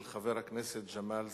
של חבר הכנסת ג'מאל זחאלקה.